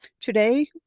Today